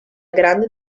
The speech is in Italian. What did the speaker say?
grande